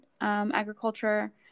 agriculture